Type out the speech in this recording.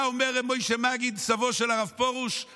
היה אומר רבי משה מגיד, סבו של הרב פרוש: